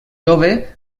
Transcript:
jove